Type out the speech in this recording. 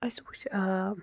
اَسہِ وٕچھ